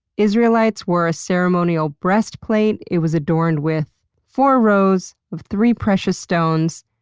israelites wore a ceremonial breastplate it was adorned with four rows of three precious stones,